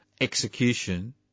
execution